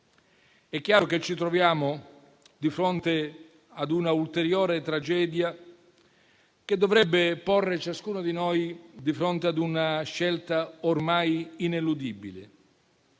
È chiaro che ci troviamo di fronte a una ulteriore tragedia, che dovrebbe porre ciascuno di noi di fronte a una scelta ormai ineludibile: